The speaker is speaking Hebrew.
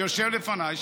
שיושב לפניי,